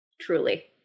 Truly